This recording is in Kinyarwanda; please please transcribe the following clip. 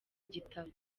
gitabo